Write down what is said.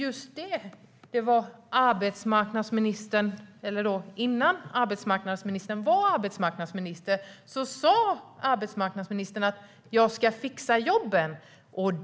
Innan arbetsmarknadsministern blev arbetsmarknadsminister sa hon att hon skulle fixa jobben.